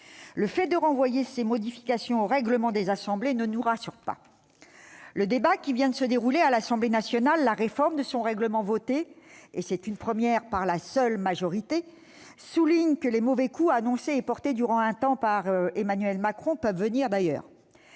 le fait de renvoyer ces modifications aux règlements des assemblées ne nous rassure pas. Le débat qui vient de se dérouler à l'Assemblée nationale, la réforme de son règlement votée- c'est une première ! -par la seule majorité, soulignent que les mauvais coups annoncés et portés durant un temps par Emmanuel Macron peuvent venir d'ailleurs.